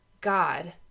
God